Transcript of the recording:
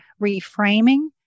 reframing